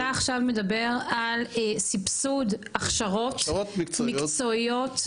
עכשיו מדבר על סבסוד הכשרות מקצועיות,